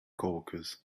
coworkers